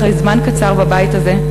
אחרי זמן קצר בבית הזה,